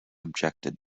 objected